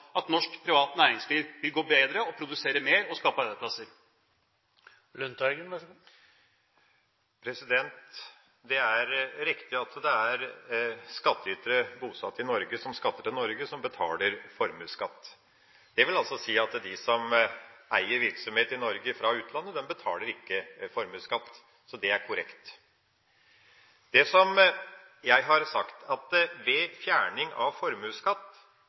norsk privat næringsliv gå bedre, produsere mer og skape arbeidsplasser? Det er riktig at det er skattytere bosatt i Norge som skatter til Norge, som betaler formuesskatt. Det vil altså si at de som eier virksomhet i Norge fra utlandet, betaler ikke formuesskatt, det er korrekt. Det jeg har sagt, er at ved fjerning av formuesskatt